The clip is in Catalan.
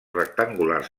rectangulars